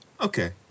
Okay